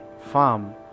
farm